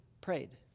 prayed